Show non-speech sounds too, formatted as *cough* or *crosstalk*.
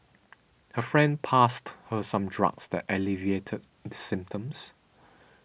*noise* her friend passed her some drugs that alleviated the symptoms